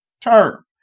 term